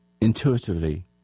intuitively